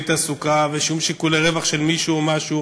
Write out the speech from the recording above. תעסוקה ושום שיקולי רווח של מישהו או משהו,